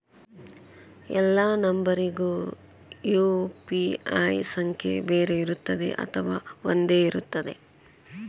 ಎಲ್ಲಾ ನಂಬರಿಗೂ ಯು.ಪಿ.ಐ ಸಂಖ್ಯೆ ಬೇರೆ ಇರುತ್ತದೆ ಅಥವಾ ಒಂದೇ ಇರುತ್ತದೆ?